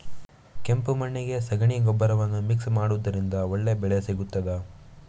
ಕೆಂಪು ಮಣ್ಣಿಗೆ ಸಗಣಿ ಗೊಬ್ಬರವನ್ನು ಮಿಕ್ಸ್ ಮಾಡುವುದರಿಂದ ಒಳ್ಳೆ ಬೆಳೆ ಸಿಗುತ್ತದಾ?